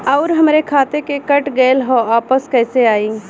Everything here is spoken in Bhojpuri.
आऊर हमरे खाते से कट गैल ह वापस कैसे आई?